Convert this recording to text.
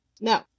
No